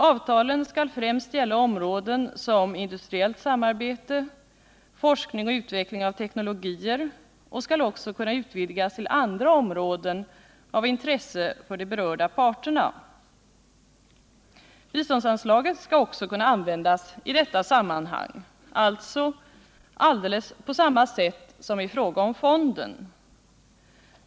Avtalen skall främst gälla områden som industriellt samarbete, forskning och utveckling av teknologier och skall också kunna utvidgas till andra områden av intresse för de berörda parterna. Biståndsanslaget skall också kunna användas i detta sammanhang, alltså på alldeles samma sätt som i fråga om fonden.